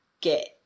get